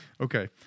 Okay